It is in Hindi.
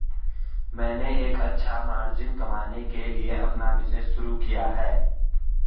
मैंने एक अच्छा मार्जिन कमाने के लिए अपना बिज़नेस शुरू किया है